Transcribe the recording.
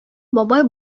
бабай